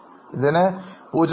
ഇതിനെ 0